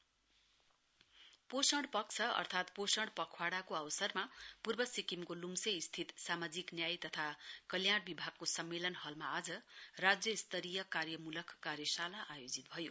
पोषण पखवाडा पोषण पक्ष अर्थात् पोषण पखवाडाको अवसरमा पूर्व सिक्किमको लुम्सेस्थित सामाजिक न्याय तथा कल्याण विभागको सम्मेलन हलमा आज राज्य स्तरीय कार्यमूलक कार्यशाला आयोजित भयो